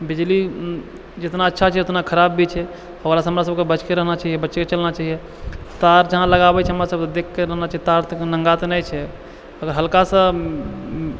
बिजली जितना अच्छा छै उतना खराब भी छै ओकरासँ हमरा सभके बचके रहना चाहिए बचके चलना चाहिए तार जहाँ लगाबै छियै हमरा सभके देखके रहना चाहिए तार नङ्गा तऽ नहि छै अगर हल्कासँ